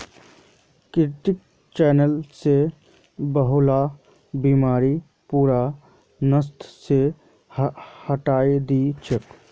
कृत्रिम चयन स बहुतला बीमारि पूरा नस्ल स हटई दी छेक